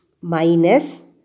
minus